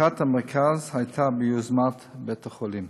פתיחת המרכז הייתה ביוזמת בית-החולים.